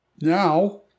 Now